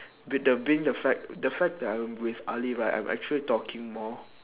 with the being the fact the fact that I'm with ali right I'm actually talking more